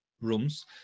rooms